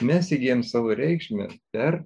mes įgyjam savo reikšmę per